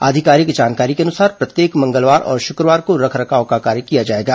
आधिकारिक जानकारी के अनुसार प्रत्येक मंगलवार और शुक्रवार को रखरखाव का कार्य किया जाएगा